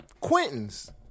Quentin's